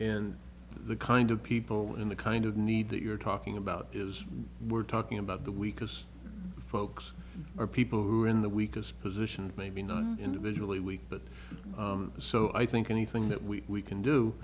and the kind of people in the kind of need that you're talking about is we're talking about the weakest folks or people who are in the weakest position maybe not individually weak but so i think anything that we can do